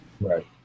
right